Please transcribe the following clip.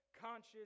conscious